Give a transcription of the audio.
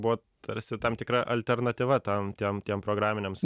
buvo tarsi tam tikra alternatyva tam tiem tiem programiniams